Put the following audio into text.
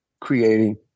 creating